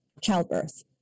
childbirth